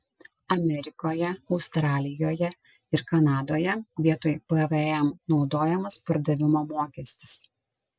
amerikoje australijoje ir kanadoje vietoj pvm naudojamas pardavimo mokestis